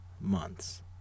months